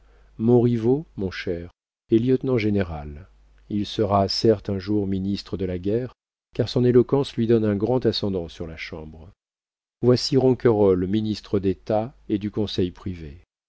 diable montriveau mon cher est lieutenant-général il sera certes un jour ministre de la guerre car son éloquence lui donne un grand ascendant sur la chambre voici ronquerolles ministre d'état et du conseil privé